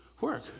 work